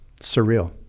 surreal